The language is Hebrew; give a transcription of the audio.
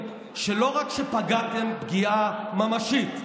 יש לכם יכולות הנהגה לאומית,